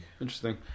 interesting